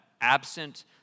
absent